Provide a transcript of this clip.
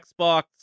Xbox